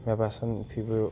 مےٚ باسان یُتھٕے بہٕ